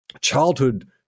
childhood